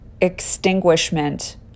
extinguishment